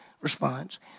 response